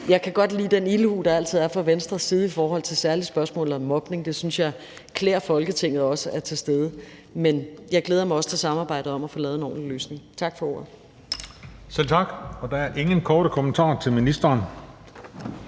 Jeg kan godt lide den ildhu, der altid er fra Venstres side i forhold til særlig spørgsmålet om mobning; jeg synes, det klæder Folketinget, at det også er til stede. Men jeg glæder mig også til samarbejdet om at få lavet en ordentlig løsning. Tak for ordet. Kl. 13:19 Den fg. formand (Christian